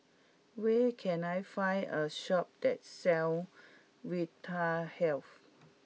where can I find a shop that sells Vitahealth